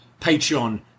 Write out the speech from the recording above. Patreon